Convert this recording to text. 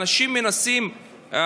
אנשים מנסים,